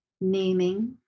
naming